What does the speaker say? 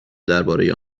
درباره